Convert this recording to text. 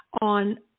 On